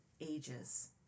ages